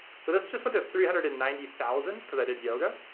so this just went to three hundred and ninety thousand cause i did yoga.